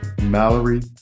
Mallory